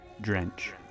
Drench